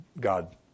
God